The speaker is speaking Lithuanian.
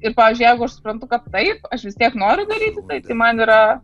ir pavyzdžiui jeigu aš suprantu kad taip aš vis tiek noriu daryti tai man yra